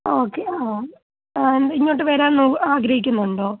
ആ ഓക്കെ ആ ആ ഇങ്ങോട്ട് വരാൻ നോ ആഗ്രഹിക്കുന്നുണ്ടോ